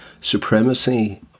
supremacy